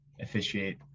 officiate